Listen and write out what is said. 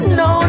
no